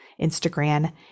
Instagram